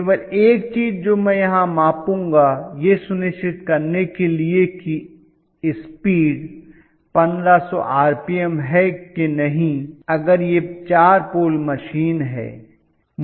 केवल एक चीज जो मैं यहां मापूंगा यह सुनिश्चित करने के लिए है कि स्पीड 1500 आरपीएम है कि नहीं अगर यह 4 पोल मशीन है